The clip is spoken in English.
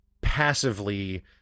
passively